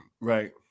right